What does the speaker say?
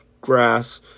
grass